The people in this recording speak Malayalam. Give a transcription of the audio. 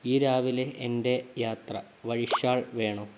ഈ രാവിലെ എന്റെ യാത്ര വഴി ഷാള് വേണോ